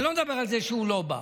אני לא מדבר על זה שהוא לא בא.